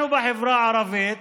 אנחנו בחברה הערבית,